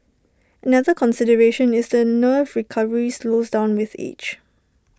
another consideration is the nerve recovery slows down with age